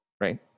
right